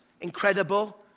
incredible